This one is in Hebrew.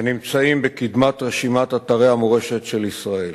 ונמצאים בקדמת רשימת אתרי המורשת של ישראל.